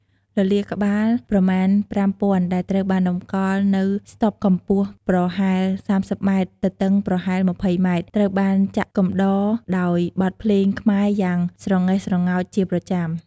លលាដ៍ក្បាលប្រមាណ ៥ពាន់ ដែលត្រូវបានតម្កល់នៅស្តុបកម្ពស់ប្រហែល ៣០ម៉ែត្រ ទទឹងប្រហែល ២០ម៉ែត្រ ត្រូវបានចាក់កំដរដោយបទភ្លេងខ្មែរយ៉ាងស្រងេះស្រងោចជាប្រចាំ។